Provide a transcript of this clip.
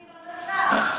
שלא שולטים במצב.